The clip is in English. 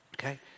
okay